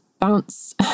bounce